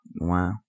Wow